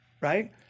right